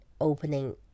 opening